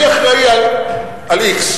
אני אחראי על x.